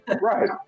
right